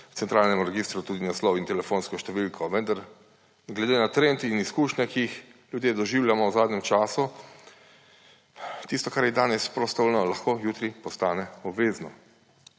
centralnemu registru tudi naslov in telefonsko številko, vendar glede na trend in izkušnje, ki jih ljudje doživljamo v zadnjem času, tisto kar je danes prostovoljno, lahko jutri postane obvezno,